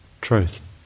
truth